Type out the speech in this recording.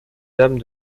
dame